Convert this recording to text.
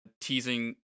teasing